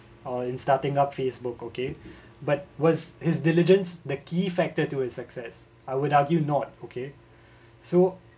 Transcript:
uh) in starting up Facebook okay but was his diligence the key factor to a success I would argue not okay so